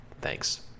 Thanks